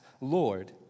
Lord